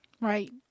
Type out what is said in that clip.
right